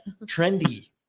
Trendy